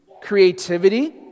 creativity